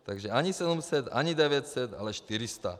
Takže ani 700, ani 900, ale 400.